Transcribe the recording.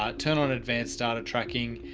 ah turn on advanced start tracking.